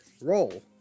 roll